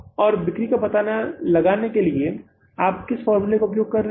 और बिक्री का पता लगाने के लिए आप किस फॉर्मूले का उपयोग कर सकते हैं